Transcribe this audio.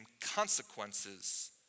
consequences